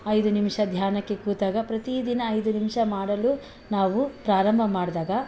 ಐದು ನಿಮಿಷ ಧ್ಯಾನಕ್ಕೆ ಕೂತಾಗ ಪ್ರತಿದಿನ ಐದು ನಿಮಿಷ ಮಾಡಲು ನಾವು ಪ್ರಾರಂಭ ಮಾಡಿದಾಗ